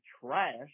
trash